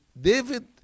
David